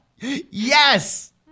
Yes